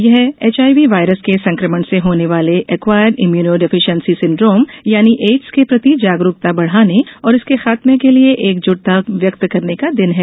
यह HIV virus के संक्रमण से होने वाले एक्वायर्ड इम्युनो डिफिशियेन्सी सिन्डॉम यानि एडस के प्रति जागरुकता बढाने और इसके खात्मे के लिये एकजुटता व्यक्त करने का दिन है